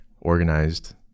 organized